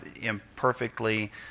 imperfectly